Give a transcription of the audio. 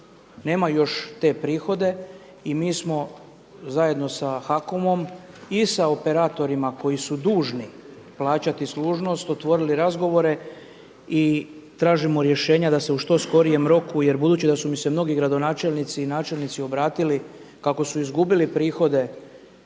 nemaju još te prihode i mi smo zajedno sa HAKOM-om i sa operatorima koji su dužni plaćati služnost otvorili razgovore i tražimo rješenja da se u što skorijem roku jer budući da su mi se mnogi gradonačelnici i načelnici obratili kako su izgubili prihode